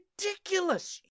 ridiculous